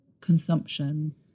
consumption